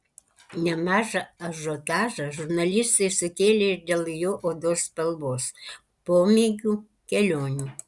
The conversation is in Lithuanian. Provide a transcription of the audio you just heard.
nemažą ažiotažą žurnalistai sukėlė ir dėl jo odos spalvos pomėgių kelionių